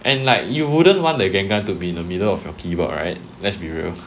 and like you wouldn't want the gengar to be in the middle of your keyboard right let's be real